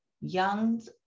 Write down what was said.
Young's